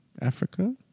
Africa